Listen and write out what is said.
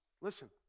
Listen